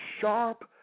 sharp